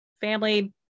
family